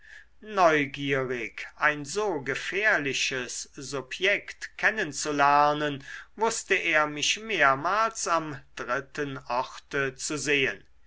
neugierig ein so gefährliches subjekt kennen zu lernen wußte er mich mehrmals am dritten orte zu sehen